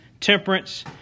temperance